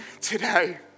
today